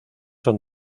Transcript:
son